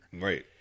Right